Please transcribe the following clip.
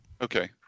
Okay